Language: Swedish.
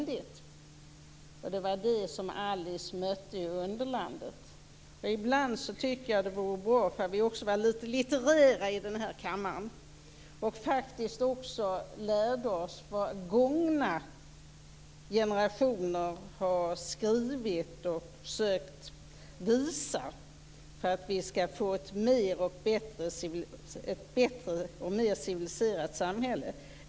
Det var det som Alice mötte i underlandet. Ibland tycker jag att det vore bra om vi var litet litterära i kammaren och lärde oss vad gångna generationer har skrivit och försökt visa, dvs. att skapa ett bättre och mer civiliserat samhälle.